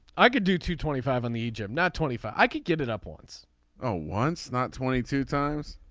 i could do two twenty five on the gym not twenty four. i could get it up once oh once not twenty two times.